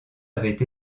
avaient